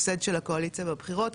הפסד של הקואליציה בבחירות,